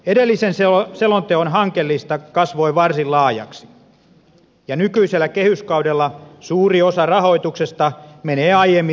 edellisen selonteon hankelista kasvoi varsin laajaksi ja nykyisellä kehyskaudella suuri osa rahoituksesta menee aiemmin sidottuihin ratkaisuihin